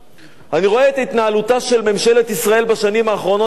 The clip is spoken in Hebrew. ואני רואה את התנהלותה של ממשלת ישראל בשנים האחרונות סביב